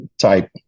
type